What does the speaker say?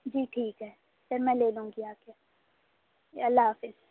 جی ٹھیک ہے پھر میں لے لوں گی آ کے اللہ حافظ